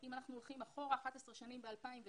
אם אנחנו הולכים אחורה, 11 שנים אחורה, ב-2009,